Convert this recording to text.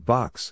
Box